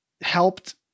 helped